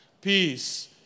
peace